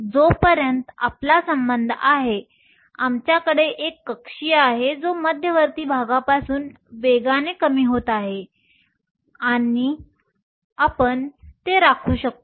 जोपर्यंत आमचा संबंध आहे आमच्याकडे एक कक्षीय आहे जो मध्यवर्ती भागापासून वेगाने कमी होत आहे आणि आपण ते राखू शकतो